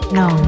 no